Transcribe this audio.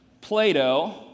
Plato